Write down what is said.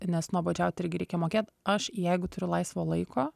nes nuobodžiaut irgi reikia mokėt aš jeigu turiu laisvo laiko